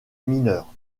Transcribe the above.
mineurs